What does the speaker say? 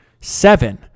Seven